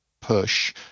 push